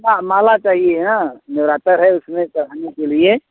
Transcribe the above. ना माला चाहिए हाँ नवरात्रि है उसमें चढ़ाने के लिए